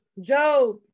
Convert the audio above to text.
Job